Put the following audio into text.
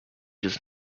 does